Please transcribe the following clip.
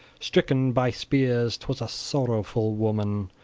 stricken by spears twas a sorrowful woman!